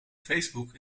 facebook